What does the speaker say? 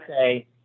say